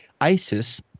Isis